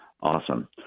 awesome